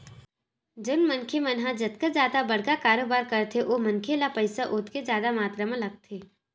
जउन मनखे मन ह जतका जादा बड़का कारोबार करथे ओ मनखे ल पइसा ओतके जादा मातरा म लगथे